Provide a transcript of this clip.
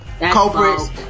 culprits